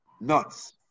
nuts